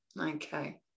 Okay